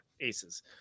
aces